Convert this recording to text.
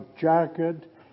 jacket